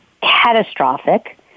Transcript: catastrophic